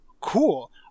cool